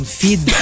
feed